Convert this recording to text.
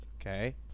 Okay